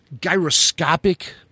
gyroscopic